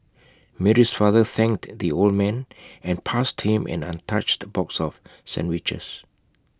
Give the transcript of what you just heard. Mary's father thanked the old man and passed him an untouched box of sandwiches